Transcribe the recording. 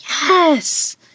yes